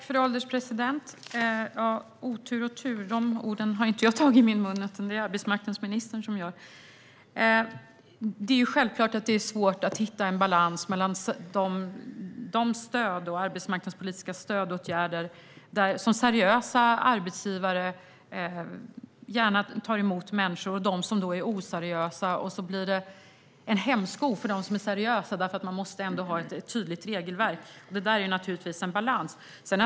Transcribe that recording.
Fru ålderspresident! Orden tur och otur har inte jag tagit i min mun, utan det var arbetsmarknadsministern som gjorde det. Det är självklart att det är svårt att hitta en balans i arbetsmarknadspolitiska stödåtgärder mellan seriösa arbetsgivare som gärna tar emot människor och dem som är oseriösa. Det blir en hämsko för dem som är seriösa eftersom man måste ha ett tydligt regelverk. Det är naturligtvis en balansgång.